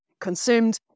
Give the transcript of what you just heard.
consumed